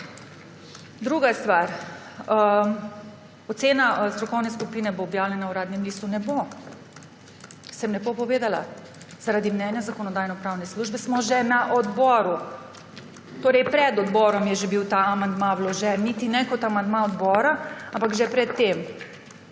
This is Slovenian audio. Druga stvar: »Ocena strokovne skupine bo objavljena v Uradnem listu.« Ne bo. Sem lepo povedala, zaradi mnenja Zakonodajno-pravne službe smo že na odboru – torej pred odborom je že bil ta amandma vložen, niti ne kot amandma odbora, ampak že pred tem